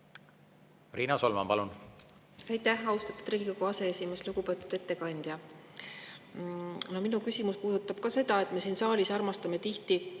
Riina Solman, palun! Aitäh, austatud Riigikogu aseesimees! Lugupeetud ettekandja! Minu küsimus puudutab ka seda, et me siin saalis armastame tihti